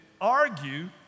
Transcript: argue